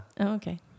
okay